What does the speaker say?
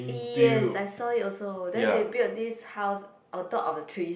yes I saw it also then they built this house on top of the trees